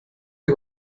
dem